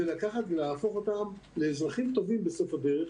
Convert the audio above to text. זה להפוך אותם לאזרחים טובים בסוף הדרך,